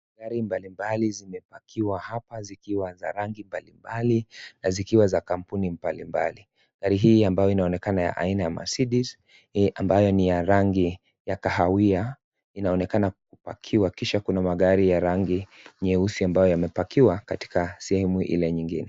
Gari mbalimbali zimepakiwa hapa zikiwa za rangi mbalimbali na zikiwa za kampuni mbalimbali gari hii ambayo inaonekana aina ya Mercedes ambayo ni ya rangi ya kahawia inaonekana kupakiwa kisha kuna magari ya rangi nyeusi ambayo yamepakiwa katika sehemu ile nyingine.